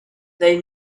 they